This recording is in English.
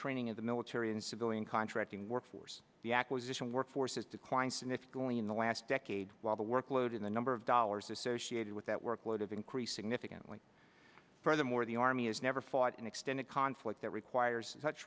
training of the military and civilian contracting workforce the acquisition workforce has declined significantly in the last decade while the workload and the number of dollars associated with that workload have increased significantly furthermore the army has never fought an extended conflict that requires such